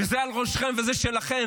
וזה על ראשכם וזה שלכם.